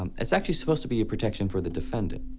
um it's actually supposed to be a protection for the defendant.